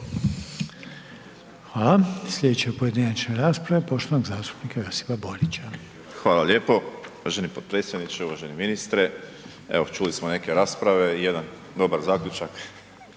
Hvala. Sljedeća pojedinačna rasprava je poštovanog zastupnika Josipa Borića. **Borić, Josip (HDZ)** Hvala lijepo uvaženi potpredsjedniče, uvaženi ministre. Evo, čuli smo neke rasprave. Jedan dobar zaključak,